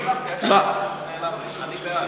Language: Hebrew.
לא הספקתי, אני בעד.